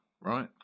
right